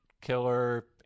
killer